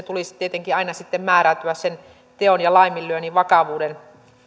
tulisi tietenkin aina määräytyä teon ja laiminlyönnin vakavuuden